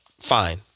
fine